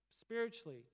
spiritually